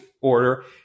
order